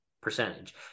percentage